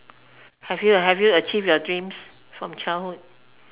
have you have you achieved your dreams from childhood